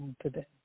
today